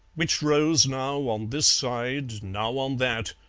which rose now on this side, now on that,